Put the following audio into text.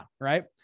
Right